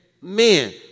Men